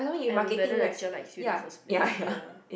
and whether the teacher likes you the first place ya